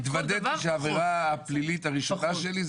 התוודיתי שהעבירה הפלילית הראשונה שלי זה